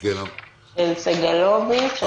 סגלוביץ'.